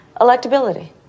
Electability